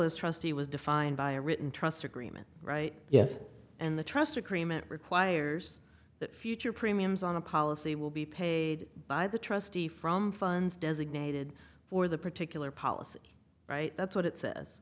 is trustee was defined by a written trust agreement right yes and the trust agreement requires that future premiums on a policy will be paid by the trustee from funds designated for the particular policy right that's what it says